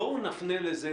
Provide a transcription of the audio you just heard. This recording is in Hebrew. בואו, נפנה לזה.